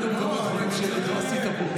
תיארת קודם כמה דברים שלא עשית פה,